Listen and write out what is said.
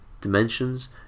dimensions